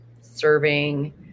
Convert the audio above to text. serving